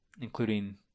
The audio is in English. including